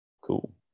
Cool